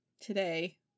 today